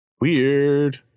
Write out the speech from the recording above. Weird